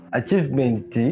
achievement